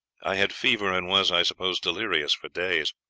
i had fever, and was, i suppose, delirious for days.